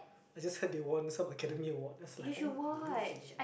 I just heard they won some Academy Award that's like oh amazing